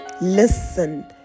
listen